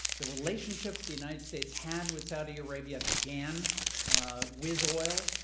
the relationship the united states had with saudi arabia began with oil,